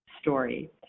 story